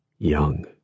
young